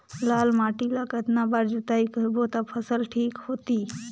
लाल माटी ला कतना बार जुताई करबो ता फसल ठीक होती?